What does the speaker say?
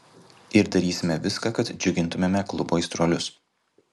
ir darysime viską kad džiugintumėme klubo aistruolius